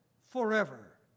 forever